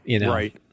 Right